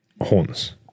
horns